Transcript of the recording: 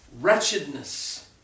wretchedness